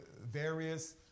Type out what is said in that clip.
various